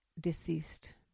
deceased